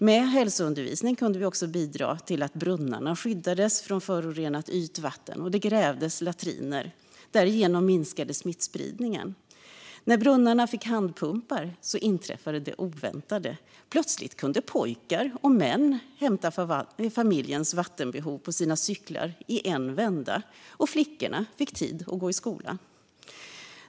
Med hälsoundervisning kunde vi också bidra till att brunnarna skyddades från förorenat ytvatten och att det grävdes latriner. Därigenom minskade smittspridningen. När brunnarna fick handpumpar inträffade det oväntade. Plötsligt kunde pojkar och män hämta familjens vattenbehov på sina cyklar i en vända, och flickorna fick tid att gå i skola.